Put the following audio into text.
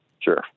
Sure